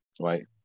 right